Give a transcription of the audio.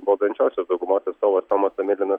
valdančiosios daugumos atstovas tomas tomilinas